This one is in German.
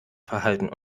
verhalten